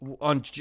On